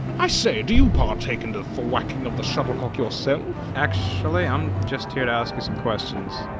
i say, do you partake in the thwacking of the shuttlecock yourself. actually i'm just here to ask you some questions.